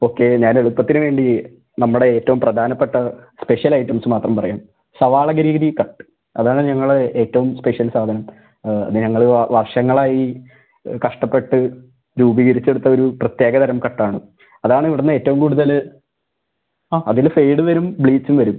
okay ഞാൻ എളുപ്പത്തിന് വേണ്ടി നമ്മുടെ ഏറ്റവും പ്രധാനപ്പെട്ട സ്പെഷ്യൽ ഐറ്റംസ് മാത്രം പറയാം സവാള ഗിരിഗിരി കട്ട് അതാണ് ഞങ്ങളെ ഏറ്റവും സ്പെഷ്യൽ സാധനം ഇത് ഞങ്ങൾ വർഷങ്ങളായി കഷ്ടപ്പെട്ട് രൂപീകരിച്ചെടുത്തൊരു പ്രത്യേക തരം കട്ടാണ് അതാണിവിടുന്ന് ഏറ്റവും കൂടുതൽ ആ അതിൽ ഫേഡും വരും ബ്ലീച്ചും വരും